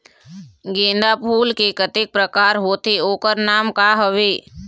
गेंदा फूल के कतेक प्रकार होथे ओकर नाम का हवे?